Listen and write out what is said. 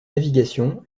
navigation